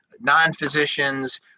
non-physicians